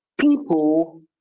People